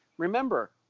Remember